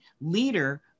leader